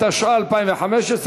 התשע"ה 2015,